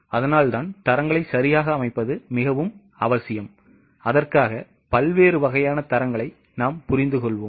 அதனால்தான் தரங்களை சரியாக அமைப்பது மிகவும் அவசியம் அதற்காக பல்வேறு வகையான தரங்களைப் புரிந்துகொள்வோம்